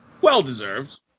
well-deserved